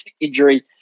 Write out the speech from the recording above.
injury